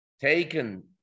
taken